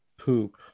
poop